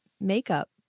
makeup